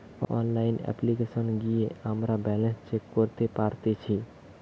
online অপ্লিকেশনে গিয়ে আমরা ব্যালান্স চেক করতে পারতেচ্ছি